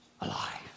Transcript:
alive